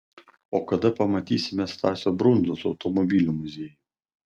o kada pamatysime stasio brundzos automobilių muziejų